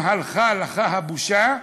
אם הלכה לך הבושה,